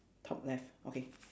top left okay